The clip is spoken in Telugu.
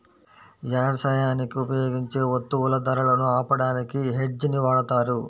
యవసాయానికి ఉపయోగించే వత్తువుల ధరలను ఆపడానికి హెడ్జ్ ని వాడతారు